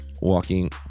Walking